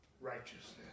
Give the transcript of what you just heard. Righteousness